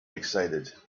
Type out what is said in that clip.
excited